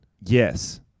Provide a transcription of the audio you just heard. Yes